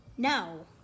No